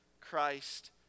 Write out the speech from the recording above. Christ